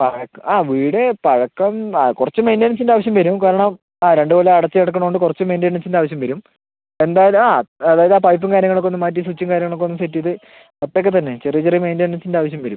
പഴക്കം ആ വീട് പഴക്കം ആ കുറച്ച് മെയിൻ്റനൻസിൻ്റെ ആവശ്യം വരും കാരണം ആ രണ്ടു കൊല്ലം അടച്ച് കിടക്കണതുകൊണ്ട് കുറച്ച് മെയിൻ്റനൻസിൻ്റ ആവശ്യം വരും എന്തായാലും ആ അതായത് ആ പൈപ്പും കാര്യങ്ങളൊക്കെ ഒന്നു മാറ്റി സ്വിച്ചും കാര്യങ്ങളൊക്ക ഒന്നു സെറ്റ് ചെയ്ത് അത്രയൊക്കെത്തന്നെ ചെറിയ ചെറിയ മെയിൻ്റനൻസിൻ്റ ആവശ്യം വരും